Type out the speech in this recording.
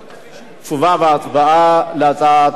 תשובה והצבעה על הצעת חוק